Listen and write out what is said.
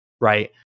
right